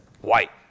white